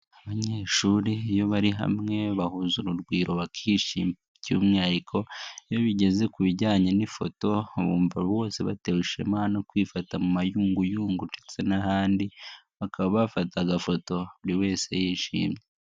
Abanyeshuri iyo bari hamwe bahuza urugwiro bakishima, by'umwihariko iyo bigeze ku bijyanye n'ifoto bumva bose batewe ishema no kwifata mu mayunguyungu ndetse n'ahandi, bakaba bafata agafoto buri wese yishimye.